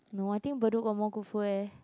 no I think Bedok got more good food eh